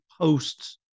posts